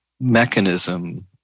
mechanism